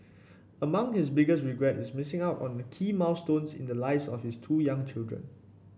among his biggest regrets is missing out on key milestones in the lives of his two young children